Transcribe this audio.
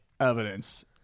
evidence